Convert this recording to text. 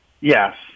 Yes